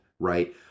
right